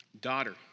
daughter